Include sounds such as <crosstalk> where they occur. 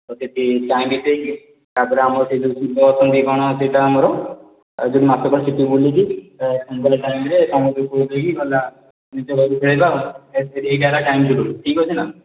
ତ ସେଠି <unintelligible> ତାପରେ ଆମ ସେଇ ଯେଉଁ ଶିବ ଅଛନ୍ତି କ'ଣ ସେଇଟା ଆମର <unintelligible> ବୁଲିକି ସନ୍ଧ୍ୟାବେଳ ଟାଇମ୍ରେ ସମୁଦ୍ରକୂଳ ଦେଇକି ଗଲା <unintelligible> ହେଇଗଲା ଟାଇମ୍ ଟେବୁଲ ଠିକ୍ ଅଛି ନା